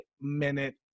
Minute